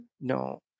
no